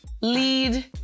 lead